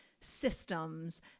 systems